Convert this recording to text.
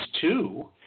two